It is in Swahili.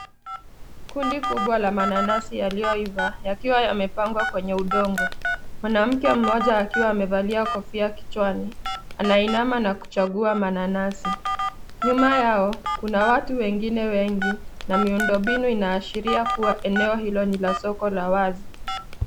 Kundi kubwa la mananasi yaliyoiva yakiwa yamepangwa kwenye udongo. Mwanamke akiwa amevalia kofia kichwani anainama na kuchagua mananasi . Nyuma yao kuna watu wengine wengi na miundombinu inaashiria kuwa eneo hilo ni la soko la wazi.